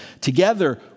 Together